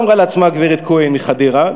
אמרה לעצמה הגברת כהן מחדרה,